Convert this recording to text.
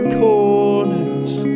corners